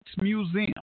museum